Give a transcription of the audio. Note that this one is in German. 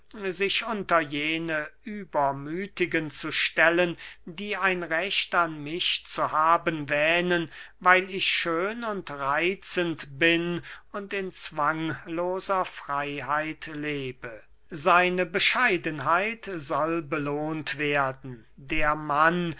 sich unter jene übermüthigen zu stellen die ein recht an mich zu haben wähnen weil ich schön und reitzend bin und in zwangloser freyheit lebe seine bescheidenheit soll belohnt werden der mann